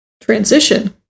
Transition